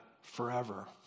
forever